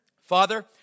father